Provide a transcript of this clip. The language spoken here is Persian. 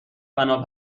فنا